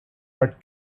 but